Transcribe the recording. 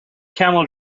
camel